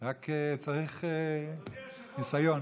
רק צריך ניסיון.